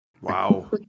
Wow